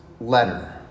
letter